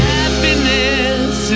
Happiness